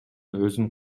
өзүн